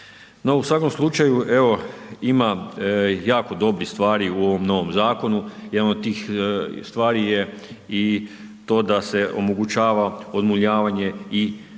u svakom slučaju evo ima jako dobrih stvari u ovom novom zakonu. Jedan od tih stvari je i to da se omogućava odmuljavanje i produbljavanje